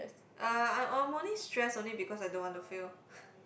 uh I I'm only stressed only because I don't want to fail